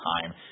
time